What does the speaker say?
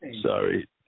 sorry